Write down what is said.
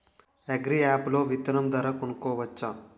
Agri app లో విత్తనం ధర కనుకోవచ్చా?